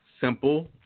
simple